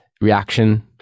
reaction